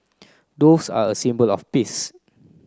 doves are a symbol of peace